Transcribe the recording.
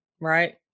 right